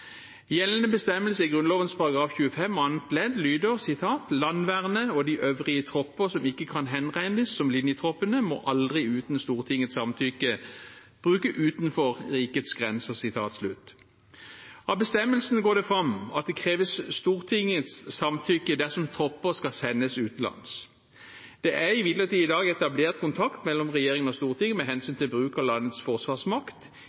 Gjeldende bestemmelse i Grunnloven § 25 annet ledd lyder: «Landvernet og de øvrige tropper som ikke kan henregnes til linjetroppene, må aldri uten Stortingets samtykke brukes utenfor rikets grenser.» Av bestemmelsen går det fram at det kreves Stortingets samtykke dersom tropper skal sendes utenlands. Det er imidlertid i dag etablert kontakt mellom regjeringen og Stortinget med hensyn til bruk av landets forsvarsmakt